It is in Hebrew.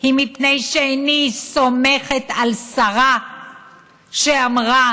היא שאיני סומכת על שרה שאמרה: